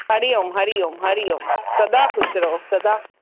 हरि ओम हरि ओम हरि ओम सदा ख़ुशि रहो सदा